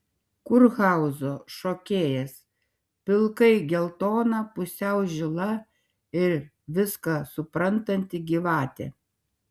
kurhauzų šokėjas pilkai geltona pusiau žila ir viską suprantanti gyvatė